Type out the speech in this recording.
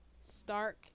stark